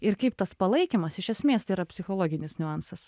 ir kaip tas palaikymas iš esmės yra psichologinis niuansas